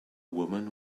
woman